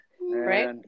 Right